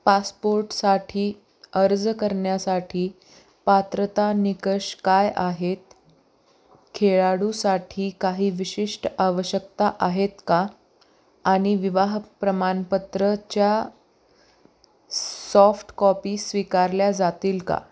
पासपोर्टसाठी अर्ज करण्यासाठी पात्रता निकष काय आहेत खेळाडूसाठी काही विशिष्ट आवश्यकता आहेत का आणि विवाह प्रमाणपत्रच्या सॉफ्टकॉपी स्वीकारल्या जातील का